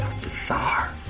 Bizarre